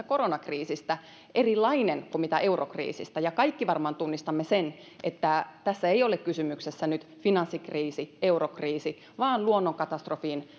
koronakriisistä erilainen kuin eurokriisistä johtuen ja kaikki varmaan tunnistamme sen että tässä ei ole kysymyksessä nyt finanssikriisi eurokriisi vaan luonnonkatastrofiin